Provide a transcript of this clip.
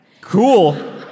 Cool